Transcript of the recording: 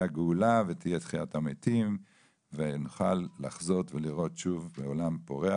הגאולה ותהיה תחיית המתים ונוכל לחזות ולראות שוב בעולם פורח,